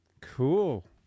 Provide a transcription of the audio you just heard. cool